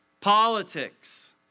politics